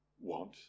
want